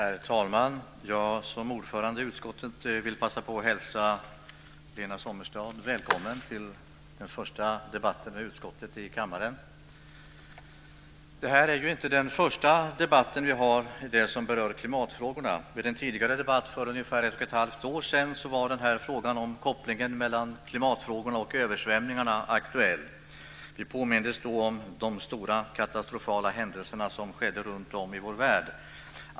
Herr talman! Som ordförande i utskottet vill jag passa på och hälsa Lena Sommestad välkommen till den första debatten med utskottet i kammaren. Det här är inte den första debatten vi har som berör klimatfrågorna. Vid en tidigare debatt för ungefär ett och ett halvt år sedan var frågan om kopplingen mellan klimatfrågorna och översvämningarna aktuell. Vi påmindes då om de stora katastrofala händelser som skedde runt om i vår värld.